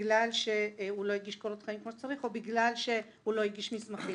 בגלל שהוא לא הגיש קורות חיים כמו שצריך או בגלל שהוא לא הגיש מסמכים,